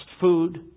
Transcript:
food